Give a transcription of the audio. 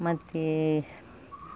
ಮತ್ತೇ